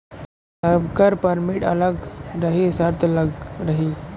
सबकर परमिट अलग रही सर्त अलग रही